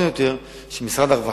היות שזה גם קשור יותר לרווחה,